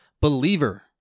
Believer